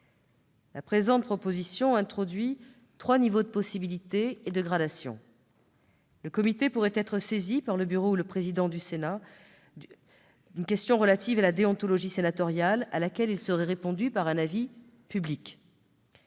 une gradation selon trois niveaux de saisine possibles. Le comité pourrait être saisi par le bureau ou le président du Sénat d'une question relative à la déontologie sénatoriale, à laquelle il serait répondu par un avis public.